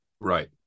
Right